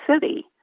city